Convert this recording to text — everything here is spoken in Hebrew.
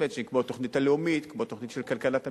כמו התוכנית הלאומית וכמו התוכנית של כלכלת המשפחה.